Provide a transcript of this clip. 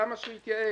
למה שהוא יתייעל?